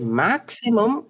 maximum